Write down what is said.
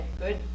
good